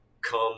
come